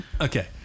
Okay